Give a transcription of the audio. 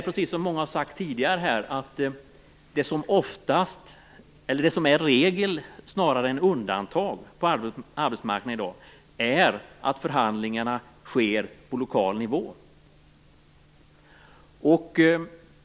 Precis som många tidigare har sagt är det i dag regel snarare än undantag på arbetsmarknaden att förhandlingarna sker på lokal nivå.